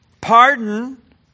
Pardon